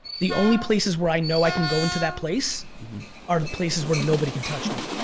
the only places where i know i can go into that place are the places where nobody can touch me.